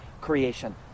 creation